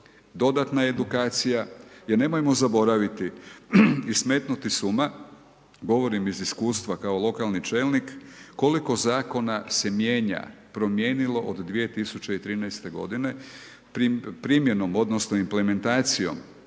dodatna edukacija, jer nemojmo zaboraviti i smetnuti s uma, govorim iz iskustva kao lokalni čelnik koliko zakona se mijenja, promijenilo od 2013. godine primjenom odnosno implementacijom